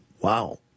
wow